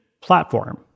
platform